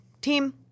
team